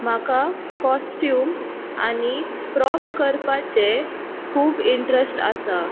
म्हाका कोस्ट्यूम आनी प्रोप करपाचें खूब इंट्रेस्ट आसा